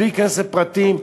בלי להיכנס לפרטים,